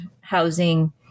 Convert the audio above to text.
housing